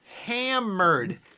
Hammered